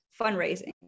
fundraising